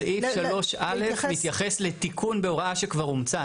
סעיף 3א מתייחס לתיקון בהוראה שכבר אומצה.